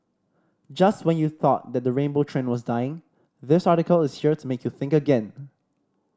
just when you thought that the rainbow trend was dying this article is here to make you think again